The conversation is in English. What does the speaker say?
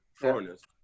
foreigners